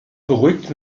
beruhigt